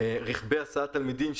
רכבי הסעות תלמידים,